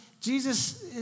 Jesus